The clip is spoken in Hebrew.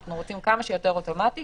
אנחנו רוצים כמה שיותר אוטומטי